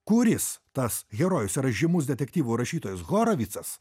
kuris tas herojus yra žymus detektyvų rašytojas horovitsas